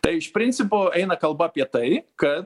tai iš principo eina kalba apie tai kad